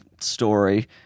story